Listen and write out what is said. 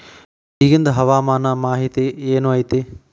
ಇಗಿಂದ್ ಹವಾಮಾನ ಮಾಹಿತಿ ಏನು ಐತಿ?